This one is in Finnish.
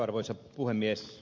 arvoisa puhemies